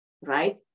Right